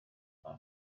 ngo